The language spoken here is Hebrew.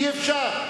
אי-אפשר.